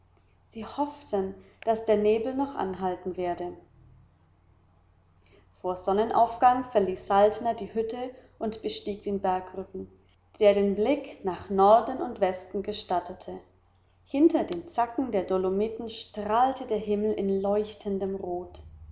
sie hofften daß der nebel noch anhalten werde vor sonnenaufgang verließ saltner die hütte und bestieg den bergrücken der den blick nach norden und westen gestattete hinter den zacken der dolomiten strahlte der himmel in leuchtendem rot